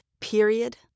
Period